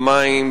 במים,